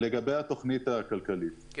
לגבי התוכנית הכלכלית: